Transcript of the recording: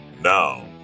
Now